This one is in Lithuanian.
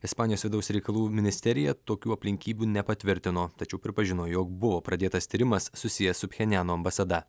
ispanijos vidaus reikalų ministerija tokių aplinkybių nepatvirtino tačiau pripažino jog buvo pradėtas tyrimas susijęs su pjenjano ambasada